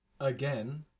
again